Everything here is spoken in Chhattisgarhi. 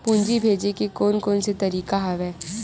पूंजी भेजे के कोन कोन से तरीका हवय?